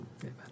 amen